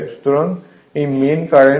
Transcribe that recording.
সুতরাং এই main current